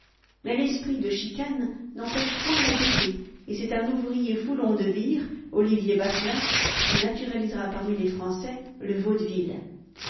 mais l'esprit de chicane n'empêche point la gaîté et c'est un ouvrier foulon de vire olivier basselin qui naturalisera parmi les français le vaudeville